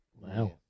Wow